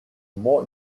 more